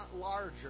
larger